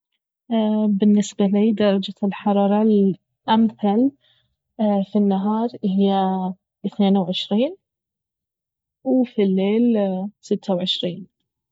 بالنسبة لي درجة الحرارة الأمثل في النهار اهي اثنين وعشرين وفي الليل ستة وعشرين